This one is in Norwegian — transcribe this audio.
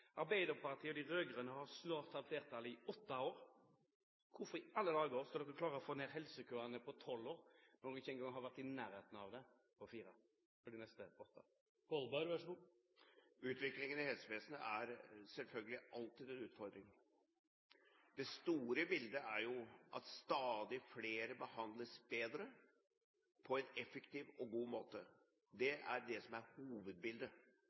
Arbeiderpartiet og de rød-grønne har snart hatt flertall i åtte år. Hvordan i alle dager skal dere klare å få ned helsekøene på fire år når dere ikke engang har vært i nærheten av det på nesten åtte? Utviklingen i helsevesenet er selvfølgelig alltid en utfordring. Det store bildet er jo at stadig flere behandles bedre, på en effektiv og god måte. Det er hovedbildet. Det betyr ikke at det ikke er